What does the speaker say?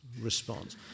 response